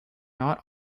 not